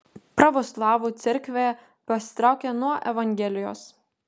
pravoslavų cerkvė pasitraukė nuo evangelijos